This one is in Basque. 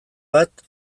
bat